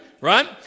right